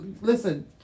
listen